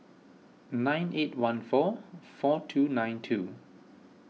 nine eight one four four two nine two